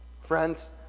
Friends